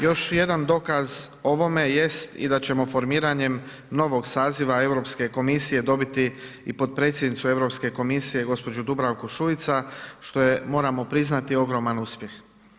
Još jedan dokaz ovome jest i da ćemo formiranjem novog saziva Europske komisije dobiti i potpredsjednicu Europske komisije gospođu Dubravku Šuica što je moramo priznati ogroman uspjeh.